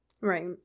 Right